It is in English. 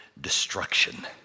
destruction